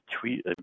tweet